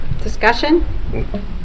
discussion